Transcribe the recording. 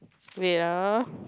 wait ah